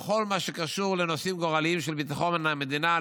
בכל מה שקשור לנושאים גורליים של ביטחון המדינה,